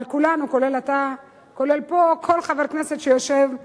אבל כולנו, כולל אתה, כולל כל חבר כנסת שיושב פה,